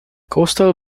coastal